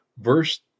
verse